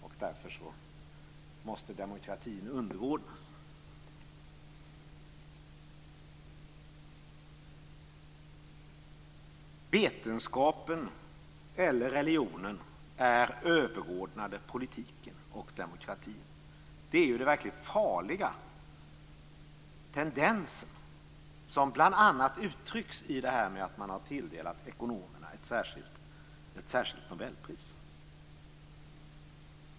Därför måste demokratin underordnas. Vetenskapen, eller religionen, är överordnad politiken och demokratin. Det är den verkligt farliga tendensen, som bl.a. uttrycks i detta att man har tilldelat ekonomerna ett särskilt nobelpris.